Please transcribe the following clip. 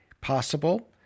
possible